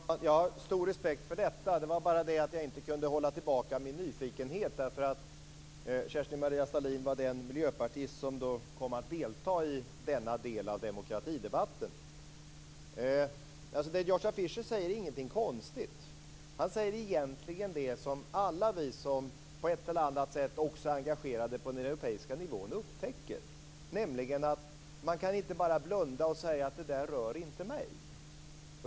Fru talman! Jag har stor respekt för detta. Det var bara det att jag inte kunde hålla tillbaka min nyfikenhet. Kerstin-Maria Stalin var den miljöpartist som kom att delta i denna del av demokratidebatten. Det som Joschka Fischer säger är ingenting konstigt. Han säger egentligen det som alla vi som på ett eller annat sätt också är engagerade på den europeiska nivån upptäcker, nämligen att man inte bara kan blunda och säga: "Det där rör inte mig."